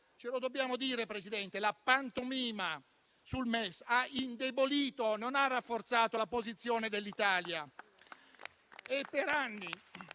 Ce lo dobbiamo dire, Presidente: la pantomima sul MES ha indebolito, non ha rafforzato la posizione dell'Italia.